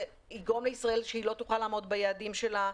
זה יגרום לישראל שהיא לא תוכל לעמוד ביעדים שלה.